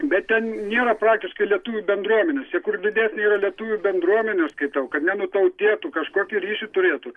bet ten nėra praktiškai lietuvių bendruomenės jie kur didesnė yra lietuvių bendruomenė aš skaitau kad nenutautėtų kažkokį ryšį turėtų